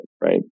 right